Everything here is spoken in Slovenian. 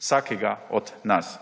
vsakega od nas.